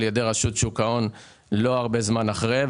ידי רשות שוק ההון לא הרבה זמן אחרי,